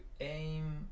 aim